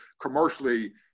Commercially